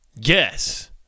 guess